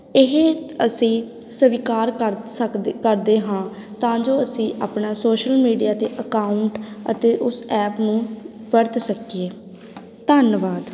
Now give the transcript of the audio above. ਇਹ ਅਸੀਂ ਸਵੀਕਾਰ ਕਰ ਸਕਦੇ ਕਰਦੇ ਹਾਂ ਤਾਂ ਜੋ ਅਸੀਂ ਆਪਣਾ ਸੋਸ਼ਲ ਮੀਡੀਆ 'ਤੇ ਅਕਾਊਂਟ ਅਤੇ ਉਸ ਐਪ ਨੂੰ ਵਰਤ ਸਕੀਏ ਧੰਨਵਾਦ